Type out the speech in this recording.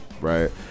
right